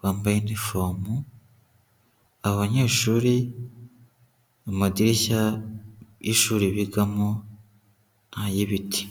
bambaye inifomo, abanyeshuri mu madirishya y'ishuri bigamo ni ay'ibiti.